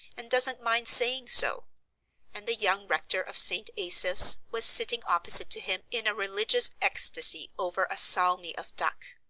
and doesn't mind saying so and the young rector of st. asaph's was sitting opposite to him in a religious ecstasy over a salmi of duck.